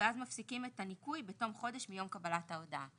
ואז מפסיקים את הניכוי בתום חודש מיום קבלת ההודעה.